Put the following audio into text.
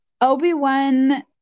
Obi-Wan